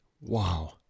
wow